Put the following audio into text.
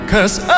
Cause